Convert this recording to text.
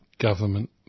government